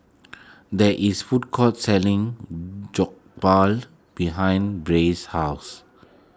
there is food court selling Jokbal behind Ray's house